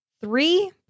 three